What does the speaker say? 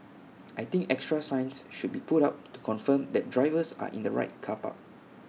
I think extra signs should be put up to confirm that drivers are in the right car park